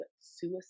suicide